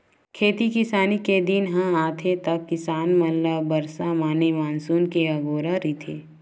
खेती किसानी के दिन ह आथे त किसान मन ल बरसा माने मानसून के अगोरा रहिथे